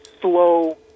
slow